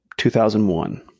2001